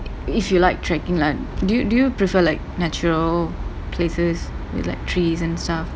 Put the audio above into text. if you like trekking like do do you prefer like natural places like trees and stuff